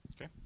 okay